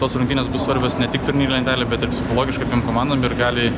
tos rungtynės bus svarbios ne tik turnyro lentelėj bet ir psichologiškai mano gali